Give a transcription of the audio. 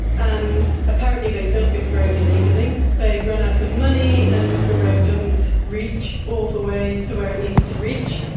and apparently they built this road illegally, they've run out of money and the but road doesn't reach all the way to where it needs to reach.